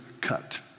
cut